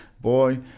Boy